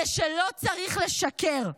זה שלא צריך לשקר.